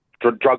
drug